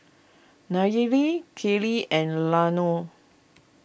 Nayeli Kellee and Launa